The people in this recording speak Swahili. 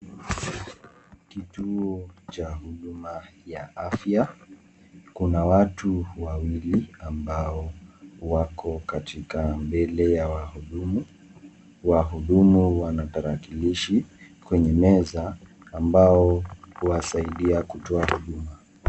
Kituo cha huduma ya afya, kuna watu wawili ambao wako katika mbele ya wahudumu. Wahudumu wana tarakilishi kwenye meza ambao huwasaidia kutoa huduma.